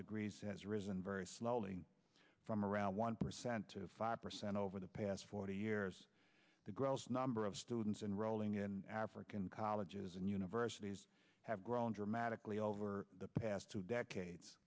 degrees has risen very slowly from around one percent to five percent over the past forty years the gross number of students enrolling in african colleges and universities have grown dramatically over the past two decades